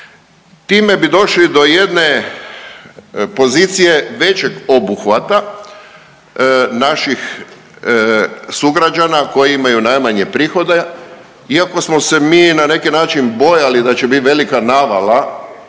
Time bi došli do jedne pozicije većeg obuhvata naših sugrađana koji imaju najmanje prihode, iako smo se mi na neki način bojali da će biti velika navala